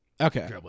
Okay